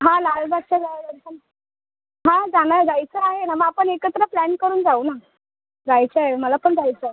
हां लालबागचा हां जाणार जायचं आहे हं आपण एकत्र प्लॅन करून जाऊ ना जायचं आहे मला पण जायचं आहे